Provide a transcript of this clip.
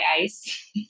ice